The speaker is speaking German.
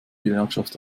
gewerkschaft